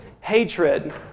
hatred